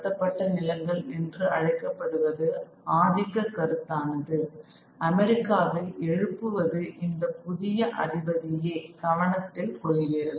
காலனித்துவ படுத்தப்பட்ட நிலங்கள் என்று அழைக்கப்படுபவர் ஆதிக்க கருத்தானது அமெரிக்காவில் எழுப்புவது இந்தப் புதிய அதிபதியே கவனத்தில் கொள்கிறது